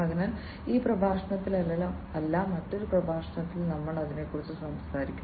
അതിനാൽ ഈ പ്രഭാഷണത്തിലല്ല മറ്റൊരു പ്രഭാഷണത്തിൽ ഞങ്ങൾ അതിനെക്കുറിച്ച് സംസാരിക്കും